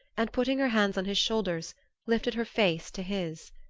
and putting her hands on his shoulders lifted her face to his.